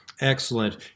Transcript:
Excellent